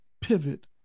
pivot